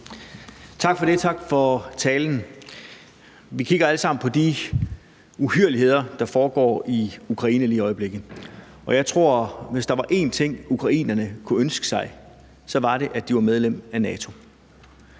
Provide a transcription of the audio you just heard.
Tak for det, og tak for talen. Vi kigger alle sammen på de uhyrligheder, der foregår i Ukraine lige i øjeblikket, og jeg tror, at hvis der var én ting, ukrainerne kunne ønske sig, så var det, at de var medlemmer af NATO.